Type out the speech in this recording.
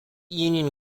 union